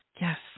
Yes